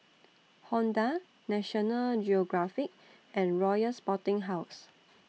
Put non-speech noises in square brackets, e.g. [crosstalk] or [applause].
Honda National Geographic and Royal Sporting House [noise]